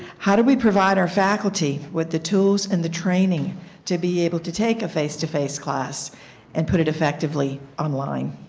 how do we provide our faculty with the tools and the training to be able to take a face-to-face class and put it effectively online?